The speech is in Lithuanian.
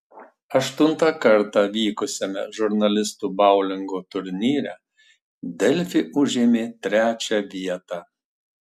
aštuntą kartą vykusiame žurnalistų boulingo turnyre delfi užėmė trečią vietą